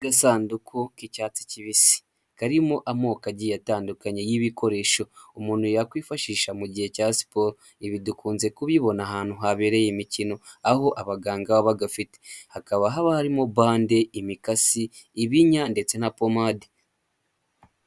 Agasanduku k'icyatsi kibisi karimo amokogi atandukanye y'ibikoresho umuntu yakwifashisha mu gihe cya siporo, ibi dukunze kubibona ahantu habereye imikino aho abaganga babagafite hakaba haba harimo bande, imikasi, ibinya ndetse na pomade.